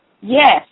Yes